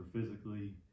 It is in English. physically